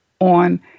on